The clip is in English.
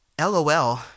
lol